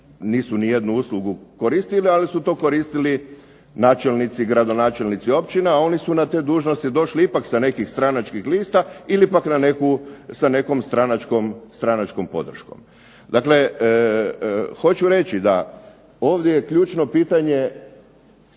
nisu ni jednu uslugu koristile, ali su to koristili načelnici ili gradonačelnici općina, a oni su na te dužnosti došli ipak sa nekih stranačkih lista ili pak na neku, sa nekom stranačkom podrškom. Dakle, hoću reći da ovdje je ključno pitanje